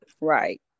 Right